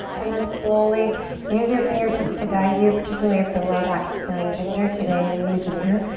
and then slowly use your fingertips to guide you, particularly if the low back is feeling ginger today, really ginger,